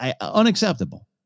unacceptable